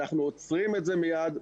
אנחנו עוצרים את זה מיד,